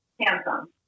Handsome